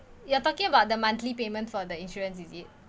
you're talking about the monthly payment for the insurance is it